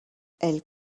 elle